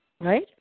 right